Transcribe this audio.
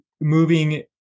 moving